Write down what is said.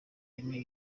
ine